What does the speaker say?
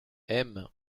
aime